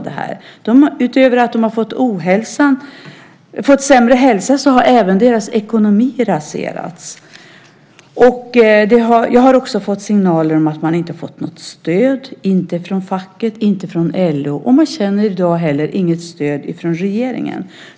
Förutom att de fått sämre hälsa har deras ekonomier raserats. Jag har också fått signaler om att de inte fått något stöd från facket, LO, och inte heller känner de att de får något stöd från regeringen.